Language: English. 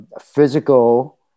physical